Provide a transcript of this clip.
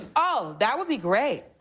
oh, that would be great.